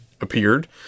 appeared